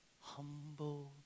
Humbled